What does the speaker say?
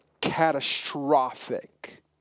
catastrophic